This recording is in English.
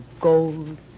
gold